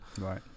Right